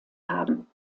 haben